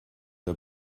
der